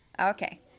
Okay